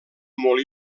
molt